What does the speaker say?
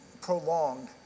prolonged